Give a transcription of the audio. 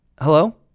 hello